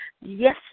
Yes